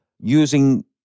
using